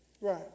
right